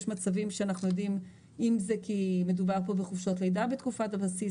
יש מצבים שאנחנו יודעים אם זה כי מדובר פה בחופשות לידה בתקופת הבסיס